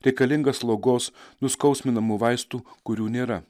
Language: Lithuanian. reikalinga slogos nuskausminamų vaistų kurių nėra